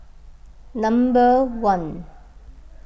number one